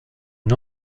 une